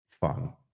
fun